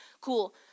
cool